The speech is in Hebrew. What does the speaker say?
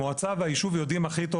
המועצה והיישוב יודעים הכי טוב.